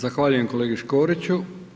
Zahvaljujem, kolegi Škoriću.